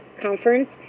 conference